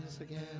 again